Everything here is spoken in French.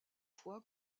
fois